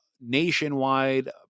nationwide